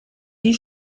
die